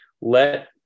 let